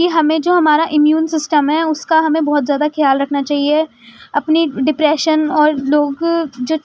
کہ ہمیں جو ہمارا امیون سسٹم ہے اس کا ہمیں بہت زیادہ خیال رکھنا چاہیے اپنی ڈپریشن اور لوگ جو